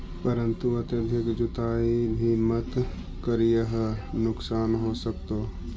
परंतु अत्यधिक जुताई भी मत करियह नुकसान हो सकतो